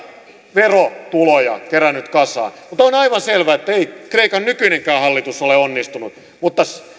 verotuloja kerännyt kasaan mutta on aivan selvää että ennen kristusta ikan nykyinenkään hallitus ole onnistunut mutta se